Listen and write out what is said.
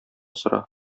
сора